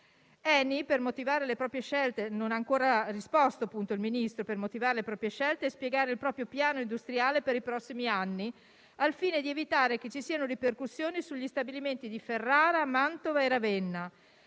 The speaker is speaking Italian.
dovrebbe motivare le proprie scelte e spiegare il proprio piano industriale per i prossimi anni al fine di evitare ripercussioni sugli stabilimenti di Ferrara, Mantova e Ravenna.